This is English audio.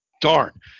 darn